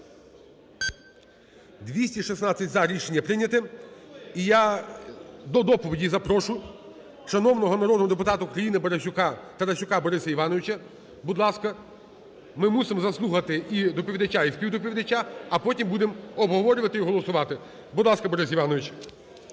216-за. Рішення прийняте. І я до доповіді запрошу шановного народного депутата України Тарасюка Бориса Івановича. Будь ласка. Ми мусимо заслухати доповідача і співдоповідача, а потім будемо обговорювати і голосувати. Будь ласка, Борис Іванович.